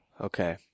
Okay